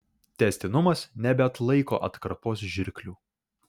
tęstinumas nebeatlaiko atkarpos žirklių